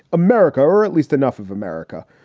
america, or at least enough of america,